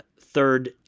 Third